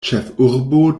ĉefurbo